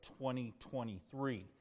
2023